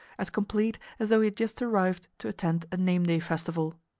as complete as though he had just arrived to attend a nameday festival.